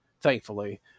thankfully